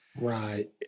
Right